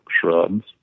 shrubs